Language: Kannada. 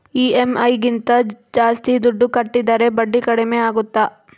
ಇ.ಎಮ್.ಐ ಗಿಂತ ಜಾಸ್ತಿ ದುಡ್ಡು ಕಟ್ಟಿದರೆ ಬಡ್ಡಿ ಕಡಿಮೆ ಆಗುತ್ತಾ?